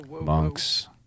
monks